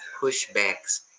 pushbacks